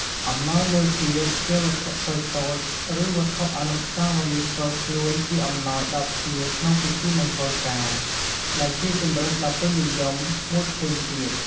អំណោយមួយទៀតជាវត្ថុតូចៗឬវត្ថុអនុស្សាវរីយ៍ផ្ទាល់ខ្លួនជាអំណោយដល់ភ្ញៀវក្នុងពិធីមង្គលការ ដែលជាជម្រើសដ៏ពេញនិយមមួយផ្សេងទៀត។